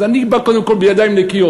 אז אני בא קודם כול בידיים נקיות: